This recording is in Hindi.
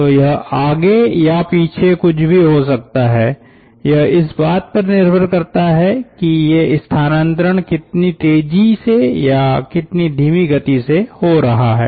तो यह आगे या पीछे कुछ भी हो सकता है यह इस बात पर निर्भर करता है कि ये स्थानांतरण कितनी तेजी से या कितनी धीमी गति से हो रहा हैं